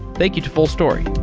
thank you to fullstory.